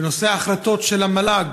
בנושא ההחלטות של המל"ג,